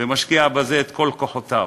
והוא משקיע בזה את כל כוחותיו.